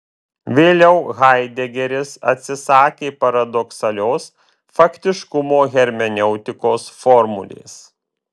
vėliau haidegeris atsisakė paradoksalios faktiškumo hermeneutikos formulės